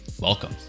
Welcome